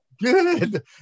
good